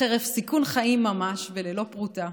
חרף סיכון חיים ממש וללא פרוטה,